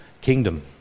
kingdom